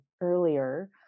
earlier